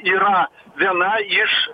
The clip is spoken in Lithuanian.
yra viena iš